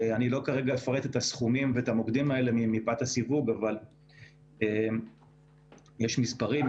אני כרגע לא אפרט את הסכומים ואת המוקדים מפאת הסיווג אבל יש מספרים,